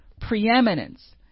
preeminence